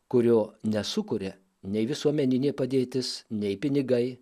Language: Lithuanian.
kurio nesukuria nei visuomeninė padėtis nei pinigai